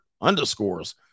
underscores